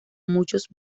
muchos